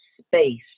space